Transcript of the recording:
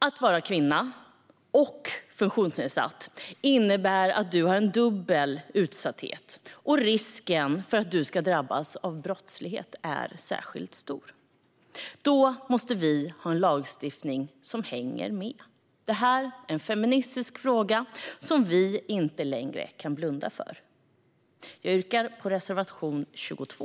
Att vara kvinna och funktionsnedsatt innebär att man är dubbelt utsatt, och risken för att man ska drabbas av brottslighet är särskilt stor. Då måste vi ha en lagstiftning som hänger med. Detta är en feministisk fråga som vi inte längre kan blunda för. Jag yrkar bifall till reservation 22.